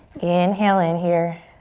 inhale in here.